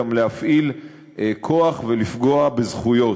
גם להפעיל כוח ולפגוע בזכויות.